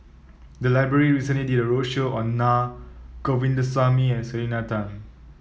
the library recently did a roadshow on Naa Govindasamy and Selena Tan